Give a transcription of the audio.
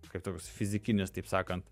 kaip toks fizikinis taip sakant